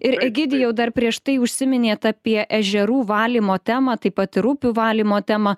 ir egidijau dar prieš tai užsiminėt apie ežerų valymo temą taip pat ir upių valymo temą